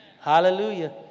Hallelujah